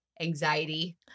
anxiety